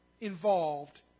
involved